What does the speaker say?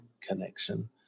connection